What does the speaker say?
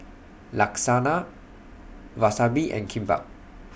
Lasagna Wasabi and Kimbap